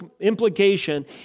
implication